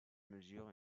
mesure